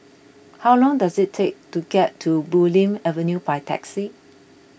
how long does it take to get to Bulim Avenue by taxi